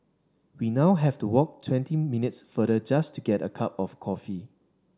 we now have to walk twenty minutes farther just to get a cup of coffee